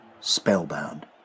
Spellbound